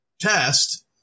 test